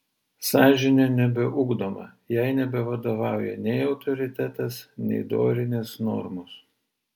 sąžinė nebeugdoma jai nebevadovauja nei autoritetas nei dorinės normos